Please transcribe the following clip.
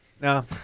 No